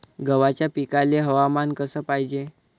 गव्हाच्या पिकाले हवामान कस पायजे?